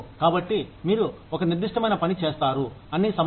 కాబట్టి మీరు ఒక నిర్దిష్టమైన పని చేస్తారు అన్ని సమయాల్లో